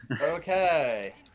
Okay